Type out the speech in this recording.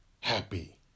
happy